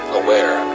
aware